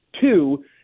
two